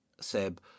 Seb